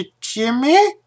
Jimmy